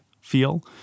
feel